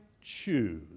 choose